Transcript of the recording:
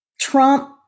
trump